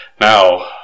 now